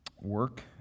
work